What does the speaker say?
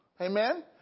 Amen